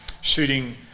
shooting